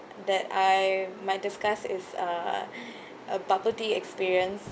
that I might discuss is uh a bubble tea experience